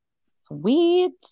Sweet